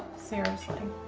seriously.